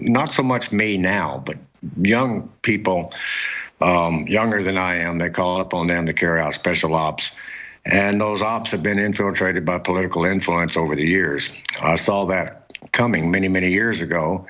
not so much may now but young people younger than i am they call upon them to carry out special ops and those opposite been infiltrated by political influence over the years i saw that coming many many years ago